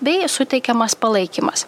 bei suteikiamas palaikymas